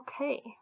okay